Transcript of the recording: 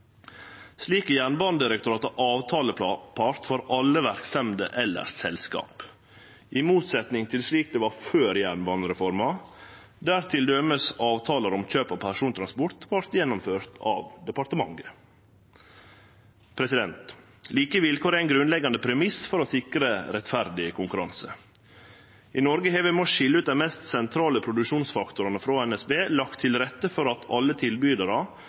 Slik er Jernbanedirektoratet avtalepart for alle verksemder eller selskap – i motsetning til slik det var før jernbanereforma, der t.d. avtalar om kjøp av persontransport vart gjennomførte av departementet. Like vilkår er ein grunnleggjande premiss for å sikre rettferdig konkurranse. I Noreg har vi ved å skilje ut dei mest sentrale produksjonsfaktorane frå NSB lagt til rette for at alle tilbydarar